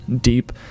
deep